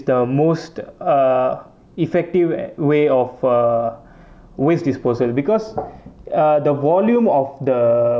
the most uh effective way of uh waste disposal because uh the volume of the